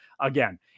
again